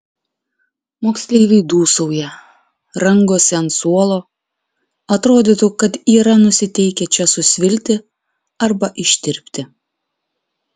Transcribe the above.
moksleiviai dūsauja rangosi ant suolo atrodytų kad yra nusiteikę čia susvilti arba ištirpti